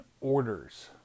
orders